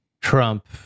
Trump